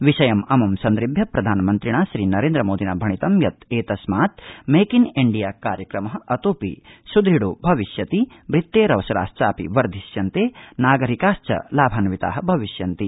विषयमम् सन्दृभ्य प्रधानमन्त्रिणा श्रीनरेन्द्रमोदिना भणितं यत् एतस्मात् मेक जि डिया कार्यक्रम अतोऽपि सुदृढो भविष्यति वृत्तेरवसराश्चापि वर्धिष्यन्ते नागरिकाश्च लाभान्विता भविष्यन्ति